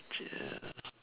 change